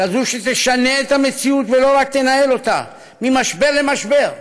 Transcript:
כזאת שתשנה את המציאות ולא רק תנהל אותה ממשבר למשבר.